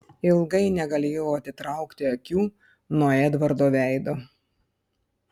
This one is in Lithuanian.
ilgai negalėjau atitraukti akių nuo edvardo veido